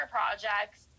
projects